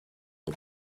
les